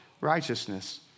righteousness